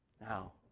Now